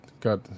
got